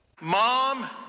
Mom